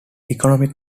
economic